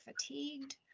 fatigued